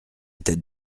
tête